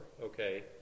Okay